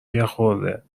یخورده